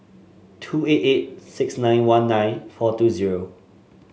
two eight eight six nine one nine four two zero